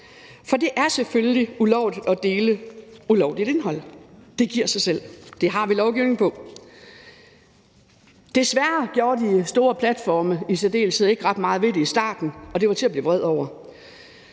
For det er selvfølgelig ulovligt at dele ulovligt indhold, det giver sig selv. Det har vi lovgivning om. Desværre gjorde i særdeleshed de store platforme ikke ret meget ved det i starten, og det var til at blive vred over.